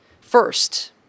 First